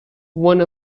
one